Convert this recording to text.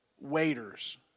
waiters